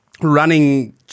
running